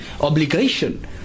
obligation